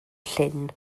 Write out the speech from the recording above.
llyn